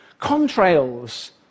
Contrails